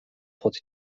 pod